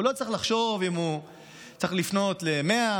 הוא לא צריך לחשוב אם הוא צריך לפנות ל-100,